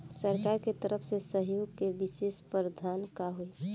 सरकार के तरफ से सहयोग के विशेष प्रावधान का हई?